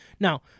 Now